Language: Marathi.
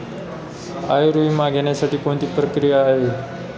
आयुर्विमा घेण्यासाठी कोणती प्रक्रिया आहे?